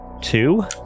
two